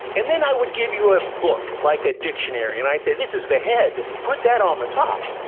and then i would give you a book, like a dictionary, and i'd say this is the head, put that on the top.